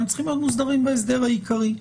הם צריכים להיות מוסדרים בהסדר העיקרי.